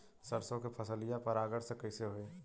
सरसो के फसलिया परागण से कईसे होई?